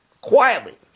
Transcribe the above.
quietly